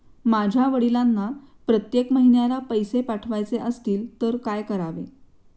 माझ्या वडिलांना प्रत्येक महिन्याला पैसे पाठवायचे असतील तर काय करावे?